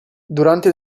durante